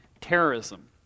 terrorism